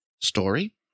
story